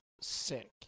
sick